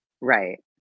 Right